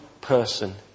person